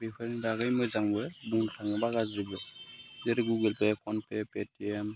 बेफोरनि बागै मोजांबो बुंनो थाङोबा गाज्रिबो जेरै गुगोलपे फनपे पेटिएम